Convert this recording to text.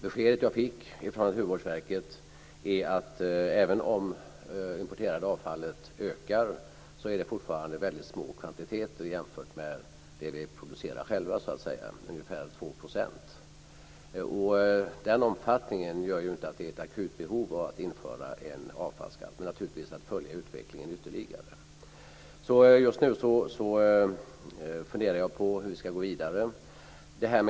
Beskedet jag fick från Naturvårdsverket är att även om det importerade avfallet ökar är det fortfarande väldigt små kvantiteter i jämförelse det vi producerar själva. Det är ungefär 2 %. Den omfattningen gör inte att det är ett akut behov av att införa en avfallsskatt, men naturligtvis ska vi följa utvecklingen ytterligare. Just nu funderar jag på hur vi ska gå vidare.